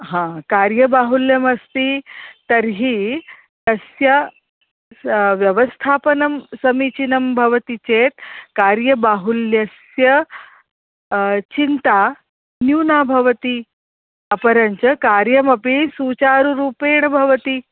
हा कार्यबाहुल्यमस्ति तर्हि तस्य व्यवस्थापनं समीचीनं भवति चेत् कार्यबाहुल्यस्य चिन्ता न्यूना भवति अपरञ्च कार्यमपि सुचारुरूपेण भवति